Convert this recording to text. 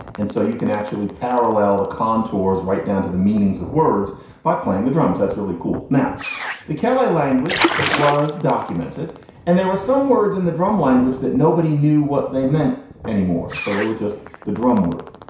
and so you can actually parallel the contours right down to the meanings of words by playing the drums that's really cool. now the kla language was documented and there were some words in the drum language that nobody knew what they meant anymore and so they were just the drum words.